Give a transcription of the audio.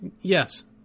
Yes